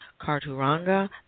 karturanga